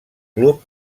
club